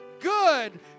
good